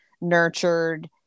nurtured